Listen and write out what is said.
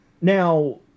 Now